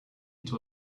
into